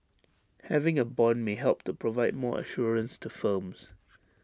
having A Bond may help to provide more assurance to firms